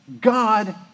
God